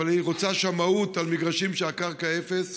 אבל היא רוצה שמאות על מגרשים שהקרקע בהם אפס.